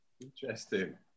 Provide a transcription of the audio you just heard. Interesting